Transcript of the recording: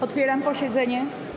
Otwieram posiedzenie.